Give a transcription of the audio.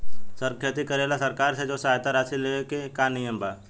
सर के खेती करेला सरकार से जो सहायता राशि लेवे के का नियम बा?